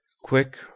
Quick